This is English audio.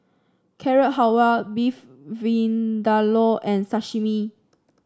Carrot Halwa Beef Vindaloo and Sashimi